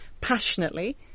passionately